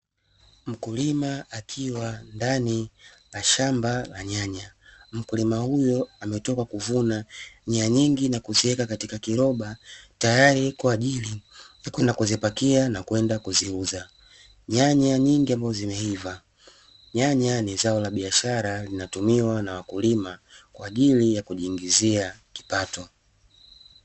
Mkulima akiwa ndani ya shamba la nyanya mkulima huyo ametoka kuvuna nyanya nyingi na kuziweka katika kiroba tayari kwa ajili ya kwenda kuzipakia na kwenda kuziuza, nyanya nyingi ambazo zimeiva nyanya ni zao la biashara linatumiwa na wakulima kwa ajili ya kujiingizia kipato.